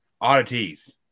Oddities